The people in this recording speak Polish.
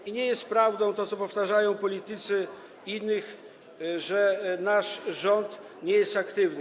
I nie jest prawdą to, co powtarzają politycy inni, że nasz rząd nie jest aktywny.